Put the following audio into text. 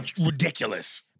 Ridiculous